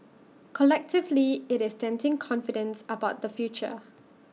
collectively IT is denting confidence about the future